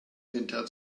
winter